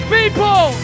people